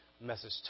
message